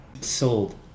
Sold